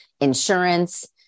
insurance